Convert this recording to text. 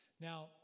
Now